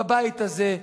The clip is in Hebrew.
בבית הזה,